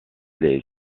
les